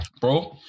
Bro